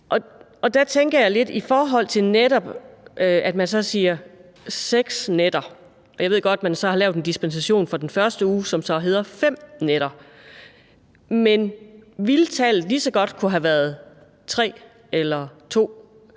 Der tænker jeg lidt, i forhold til at man siger seks nætter – og jeg ved godt, at man har lavet en dispensation for den første uge, hvor det så er fem nætter – om tallet lige så godt kunne have været tre eller to.